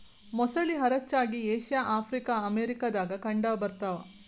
ಮೊಸಳಿ ಹರಚ್ಚಾಗಿ Asia Africa America ದಾಗ ಕಂಡ ಬರತಾವ